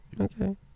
Okay